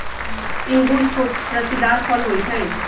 इंगूर छोट रसीदार फल होइ छइ